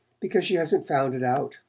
because she hasn't found it out.